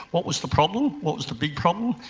what was the problem? what was the big problem?